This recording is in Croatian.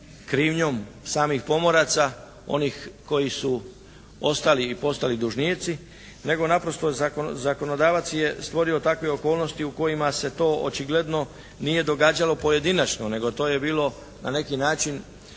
krivnjom samih pomoraca onih koji su ostali i postali dužnici, nego naprosto zakonodavac je stvorio takve okolnosti u kojima se to očigledno nije događalo pojedinačno nego to je bilo na neki način